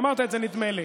אמרת את זה, נדמה לי.